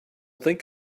think